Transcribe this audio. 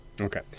Okay